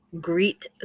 Greet